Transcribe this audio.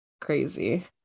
crazy